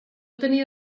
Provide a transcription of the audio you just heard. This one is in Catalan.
tenia